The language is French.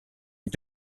est